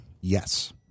Yes